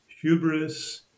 Hubris